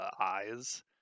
eyes